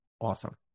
Awesome